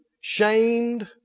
shamed